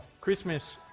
Christmas